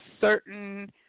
certain